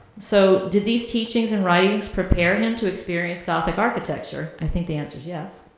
so did these teachings and writings prepare him to experience gothic architecture? i think the answer's yes.